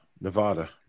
Nevada